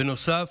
בנוסף,